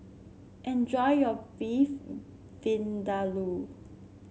enjoy your Beef Vindaloo